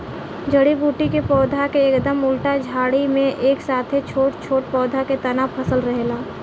जड़ी बूटी के पौधा के एकदम उल्टा झाड़ी में एक साथे छोट छोट पौधा के तना फसल रहेला